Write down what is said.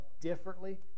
differently